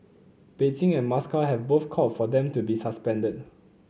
Beijing and Moscow have both called for them to be suspended